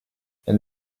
elle